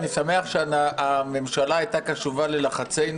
אני שמח שהממשלה הייתה קשובה ללחצים